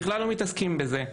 בכלל לא מתעסקים בזה.